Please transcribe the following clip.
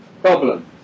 problem